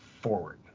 forward